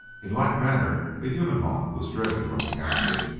in like manner the human hawk was driven from the township.